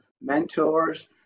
mentors